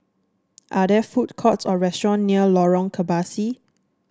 are there food courts or restaurant near Lorong Kebasi